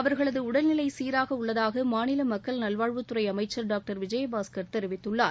அவர்களது உடல்நிலை சீராக உள்ளதாக மாநில மக்கள் நல்வாழ்வுத்துறை அமைச்சர் டாக்டர் விஜயபாஸ்கர் தெரிவித்துள்ளார்